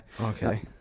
Okay